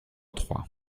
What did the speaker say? trois